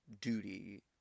duty